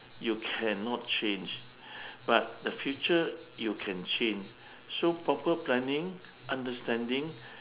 you cannot change but the future you can change so proper planning understanding